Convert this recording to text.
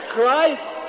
Christ